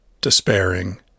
despairing